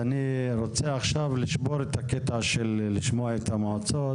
אני רוצה עכשיו לשבור את הקטע של לשמוע את המועצות.